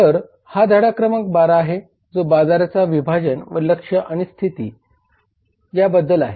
तर हा धडा क्रमांक 12 आहे जो बाजाराचे विभाजन व लक्ष्य आणि स्थिती या बद्दल आहे